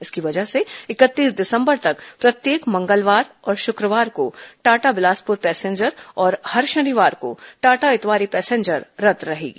इसकी वजह से इकतीस दिसंबर तक प्रत्येक मंगलवार और शुक्रवार को टाटा बिलासपुर पैसेंजर और हर शनिवार को टाटा इतवारी पैसेंजर रद्द रहेगी